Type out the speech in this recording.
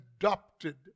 adopted